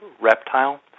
reptile